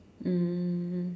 mm